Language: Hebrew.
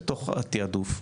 בתוך התיעדוף,